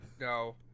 No